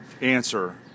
answer